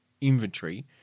inventory